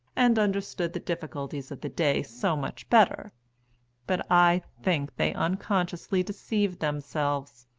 and understood the difficulties of the day so much better but i think they unconsciously deceived themselves,